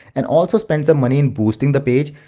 and also spend some money in boosting the page,